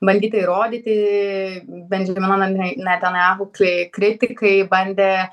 bandyta įrodyti bendžemino nei netanjahu kli kritikai bandė